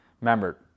Remember